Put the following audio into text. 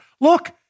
Look